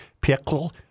pickle